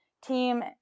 team